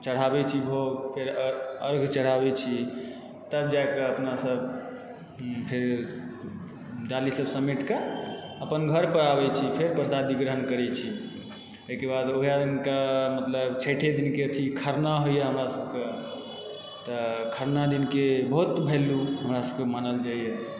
चढ़ाबए छी भोग फेर अर्घ चढ़ाबै छी तब जाए कऽ अपना सब फेर डाली सब समेट कऽ अपन घर पर आबैत छी फेर प्रसाद ग्रहण करैत छी ओहिके बाद ओएह दिनका मतलब छठि दिनके अथी खरना होइए हमरा सबके तऽ खरना दिनके बहुत वैल्यू हमरा सबके मानल जाइए